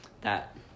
that-